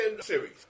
series